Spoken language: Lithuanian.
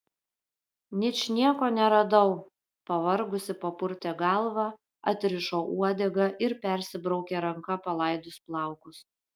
ničnieko neradau pavargusi papurtė galvą atrišo uodegą ir persibraukė ranka palaidus plaukus